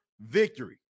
victory